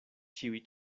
ĉiuj